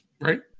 Right